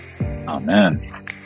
Amen